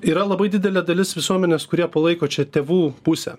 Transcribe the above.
yra labai didelė dalis visuomenės kurie palaiko čia tėvų pusę